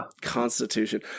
constitution